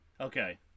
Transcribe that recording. Okay